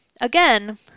again